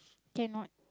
cannot